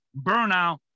burnout